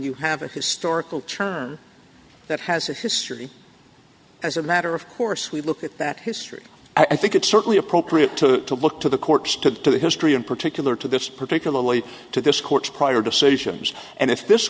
you have a historical term that has a history as a matter of course we look at that history i think it's certainly appropriate to look to the courts to get to the history in particular to this particularly to this court's prior decisions and if this